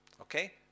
Okay